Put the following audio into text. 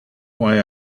why